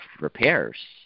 repairs